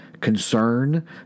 concern